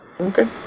Okay